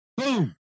Boom